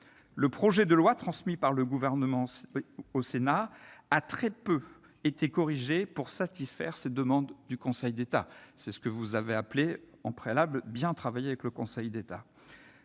Le projet de loi transmis au Sénat a très peu été corrigé pour satisfaire ces demandes du Conseil d'État. C'est ce que vous avez appelé en préalable « travailler avec le Conseil d'État »